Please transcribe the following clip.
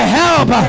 help